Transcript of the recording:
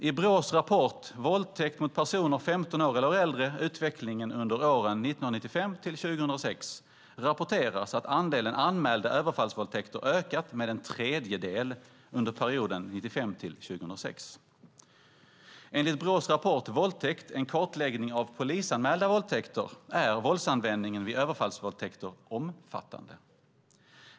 I Brås rapport Våldtäkt mot personer 15 år och äldre - Utvecklingen under åren 1995-2006 rapporteras att andelen anmälda överfallsvåldtäkter ökat med en tredjedel under perioden 1995-2006. Enligt Brås rapport Våldtäkt - En kartläggning av polisanmälda våldtäkter är våldsanvändningen vid överfallsvåldtäkter omfattande.